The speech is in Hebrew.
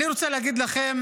אני רוצה להגיד לכם